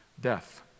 death